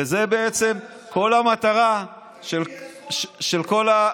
וזאת כל המטרה של כל,